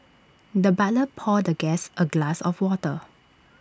the butler poured the guest A glass of water